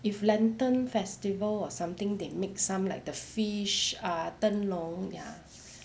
if lantern festival or something they make some like the fish ah 灯笼 ya